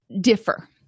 differ